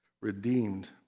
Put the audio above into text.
redeemed